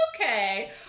okay